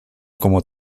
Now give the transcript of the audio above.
como